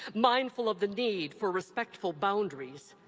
mindful of the need for respectful boundaries.